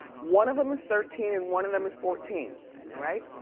one of em is thirteen and one of them is fourteen alright.